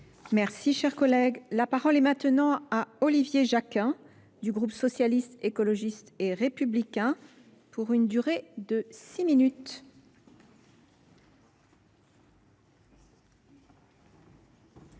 Merci, cher collègue, la parole est maintenant à Olivier Jacquin, du groupe socialiste, écologiste et républicain pour une durée de 6 min.